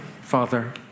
Father